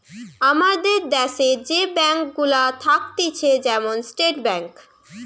আমাদের দ্যাশে যে ব্যাঙ্ক গুলা থাকতিছে যেমন স্টেট ব্যাঙ্ক